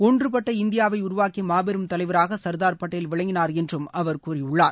ஒன்றுபட்ட இந்தியாவை உருவாக்கிய மாபெரும் தலைவராக சர்தார் படேல் விளங்கினார் என்றும் அவர் கூறியுள்ளார்